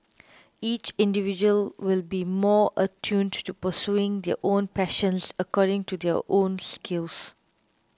each individual will be more attuned to pursuing their own passions according to their own skills